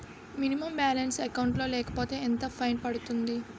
Minimum balance account లో లేకపోతే ఎంత ఫైన్ పడుతుంది?